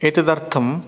एतदर्थं